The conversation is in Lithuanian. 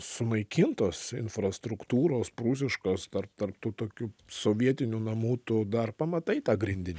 sunaikintos infrastruktūros prūsiškos tarp tarp tų tokių sovietinių namų tu dar pamatai tą grindinį